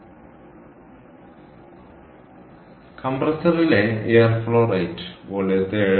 അതിനാൽ കംപ്രസറിലെ air flow rate വോളിയത്തെ 7